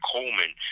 Coleman